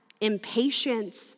impatience